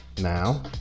now